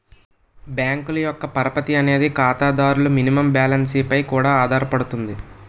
బ్యాంకుల యొక్క పరపతి అనేది ఖాతాదారుల మినిమం బ్యాలెన్స్ పై కూడా ఆధారపడుతుంది